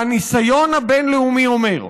והניסיון הבין-לאומי אומר,